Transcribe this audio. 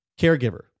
Caregiver